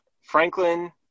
Franklin